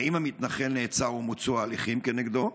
האם המתנחל נעצר ומוצו ההליכים כנגדו?